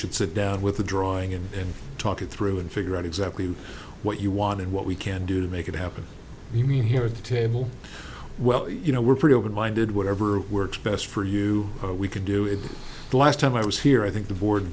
should sit down with the drawing and talk it through and figure out exactly what you want and what we can do to make it happen i mean here at the table well you know we're pretty open minded whatever works best for you we can do it last time i was here i think the board